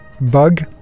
bug